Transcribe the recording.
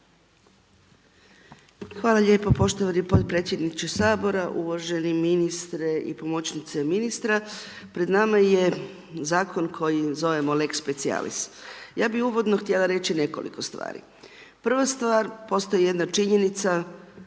Hvala lijepo poštovani potpredsjedniče Sabora, uvaženi ministre i pomoćnice ministra. Pred nama je Zakon koji zovemo lex specialis. Ja bih uvodno htjela reći nekoliko stvari. Prva stvar, postoji jedna činjenica